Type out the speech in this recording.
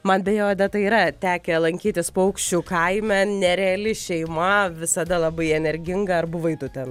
man beje odeta yra tekę lankytis paukščių kaime nereali šeima visada labai energinga ar buvai tu ten